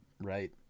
right